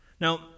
Now